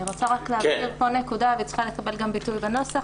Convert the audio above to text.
אני רוצה רק להבהיר פה נקודה שצריכה לקבל גם ביטוי בנוסח.